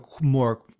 more